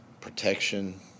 protection